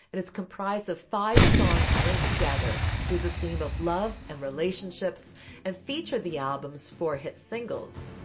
and it's comprised of five songs linked together through the theme of love and relationships and feature the album's four hit singles.